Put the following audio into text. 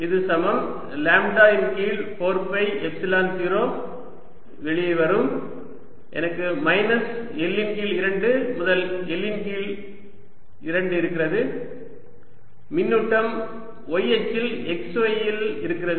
இது சமம் லாம்ப்டா இன் கீழ் 4 பை எப்சிலன் 0 வெளியே வரும் எனக்கு மைனஸ் L இன் கீழ் 2 முதல் L இன் கீழ் 2 இருக்கிறது மின்னூட்டம் y அச்சில் x y இல் இருக்கிறது